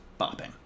bopping